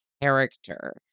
character